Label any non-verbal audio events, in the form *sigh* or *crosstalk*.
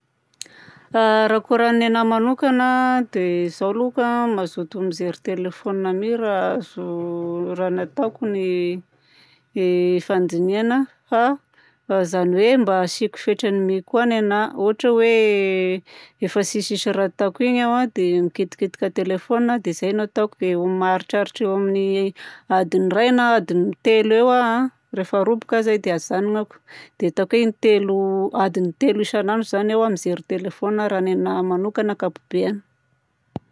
Raha kôraha ny anahy manokagna dia zaho loka mazoto mijery telefônina mi raha azo- *hesitation* raha nataoko ny *hesitation* fandinihana fa, fa zany hoe mba asiako fetrany mi koa ny anahy. Ohatra hoe efa tsisy isoratako igny aho dia mikitikitika telefônina, dia zay no ataoko. Dia maharitraritra eo amin'ny adiny iray na adiny telo eo aho rehefa roboka aho zay dia ajanonako. Dia ataoko hoe intelo, adiny telo isanandro zany aho mijery telefônina raha ny anahy manokagna ankapobeany.